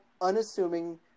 unassuming